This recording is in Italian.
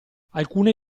alcune